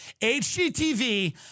HGTV